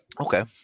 Okay